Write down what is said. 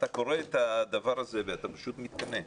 אתה קורא את הדבר הזה ואתה פשוט מתקנא,